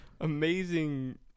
Amazing